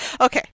Okay